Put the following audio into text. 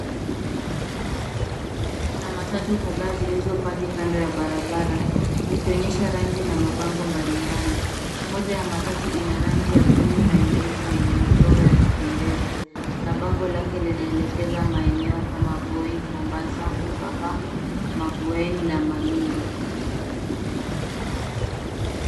Barabara yenye shughuli nyingi. Kuna matatu kadhaa zilizopaki kando ya barabara, zikionyesha rangi na mabango mbali mbali. Moja ya matatu ina rangi ya bluu na nyeupe yenye michoro ya kupendeza na bango lake linaelekeza maeneo kama: Voi, Mombasa, Mtwapa, Mavueni na Malindi.